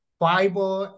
fiber